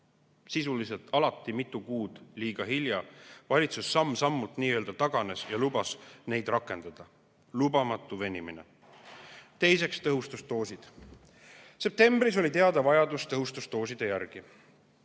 sisuliselt alati mitu kuud liiga hilja, valitsus samm-sammult nii-öelda taganes ja lubas neid rakendada. Lubamatu venimine. Teiseks, tõhustusdoosid. Septembris oli teada vajadus tõhustusdooside järele.